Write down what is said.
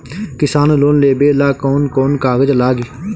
किसान लोन लेबे ला कौन कौन कागज लागि?